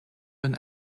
been